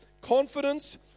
confidence